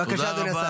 בבקשה, אדוני השר.